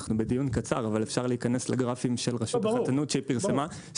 אנחנו בדיון קצר אבל אפשר להיכנס לגרפים של רשות החדשנות שהיא פרסמה,